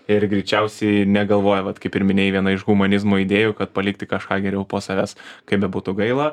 ir greičiausiai negalvoja vat kaip ir minėjai viena iš humanizmo idėjų kad palikti kažką geriau po savęs kaip bebūtų gaila